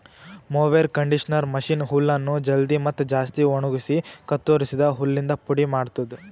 mower conditioner machine ಹುಲ್ಲನ್ನು ಜಲ್ದಿ ಮತ್ತ ಜಾಸ್ತಿ ಒಣಗುಸಿ ಕತ್ತುರಸಿದ ಹುಲ್ಲಿಂದ ಪುಡಿ ಮಾಡ್ತುದ